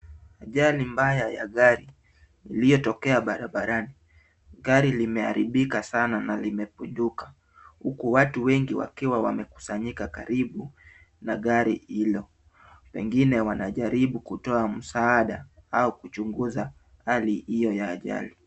Ajali mbaya ya gari iliyotokea barabarani. Gari limeharibika sana na limepujuka huku watu wengi wakiwa wamekusanyika karibu na gari hilo pengine wanajaribu kutoa msaada au kuchunguza hali hiyo ya ajali.